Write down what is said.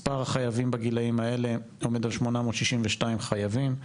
מספר החייבים בגילאים אלה עומד על 862 חייבים.